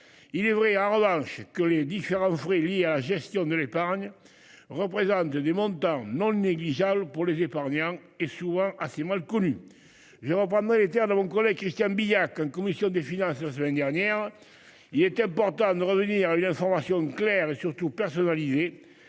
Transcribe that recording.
Il est vrai en revanche que les différents frais liés à la gestion de l'épargne représente de du monde dans non négligeable pour les épargnants et souvent à six mois le colis. Je ne vois pas monétaire dans mon collègue Christian Billac en commission des finances. C'est l'année dernière. Il était important de revenir à une information claire et surtout personnalisés,